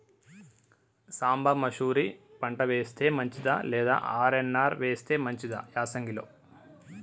సాంబ మషూరి పంట వేస్తే మంచిదా లేదా ఆర్.ఎన్.ఆర్ వేస్తే మంచిదా యాసంగి లో?